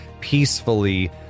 peacefully